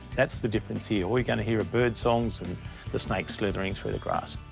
that's the difference here. all you're gonna hear are bird songs and the snakes slithering through the grass.